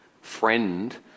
friend